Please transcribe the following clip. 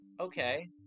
Okay